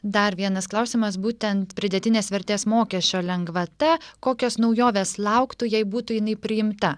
dar vienas klausimas būtent pridėtinės vertės mokesčio lengvata kokios naujovės lauktų jei būtų jinai priimta